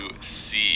see